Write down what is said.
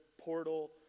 portal